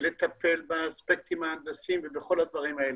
ולטפל באספקטים ההנדסיים ובכל הדברים האלה,